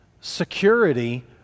security